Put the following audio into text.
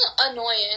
annoying